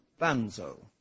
Banzo